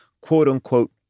quote-unquote